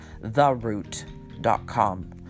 theroot.com